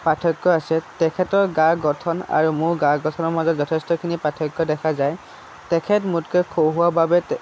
পাৰ্থক্য আছে তেখেতৰ গাৰ গঠন আৰু মোৰ গাৰ গঠনৰ মাজত যথেষ্টখিনি পাৰ্থক্য দেখা যায় তেখেত মোতকৈ সৰু হোৱাৰ বাবে